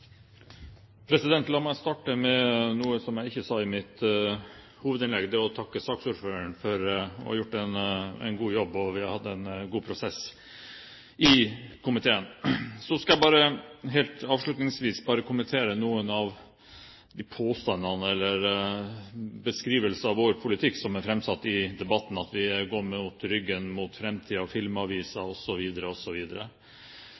La meg starte med noe som jeg ikke gjorde i mitt hovedinnlegg, nemlig å takke saksordføreren for å ha gjort en god jobb. Vi har hatt en god prosess i komiteen. Så skal jeg helt avslutningsvis bare kommentere noen av de påstandene, eller beskrivelsen av vår politikk, som er framsatt i debatten – at vi går med ryggen